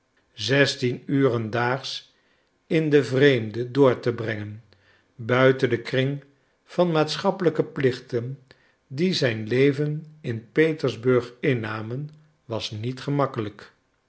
zestien uren daags in den vreemde door te brengen buiten den kring van maatschappelijke plichten die zijn leven in petersburg innamen was niet gemakkelijk